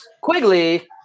Quigley